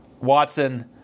Watson